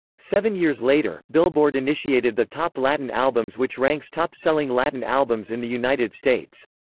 seven years later, billboard initiated the top latin albums which ranks top-selling latin albums in the united states.